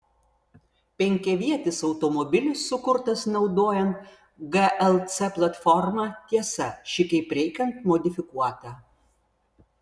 penkiavietis automobilis sukurtas naudojant glc platformą tiesa ši kaip reikiant modifikuota